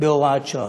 בהוראת שעה.